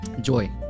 joy